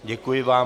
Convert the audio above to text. Děkuji vám.